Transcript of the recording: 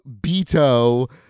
Beto